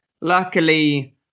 luckily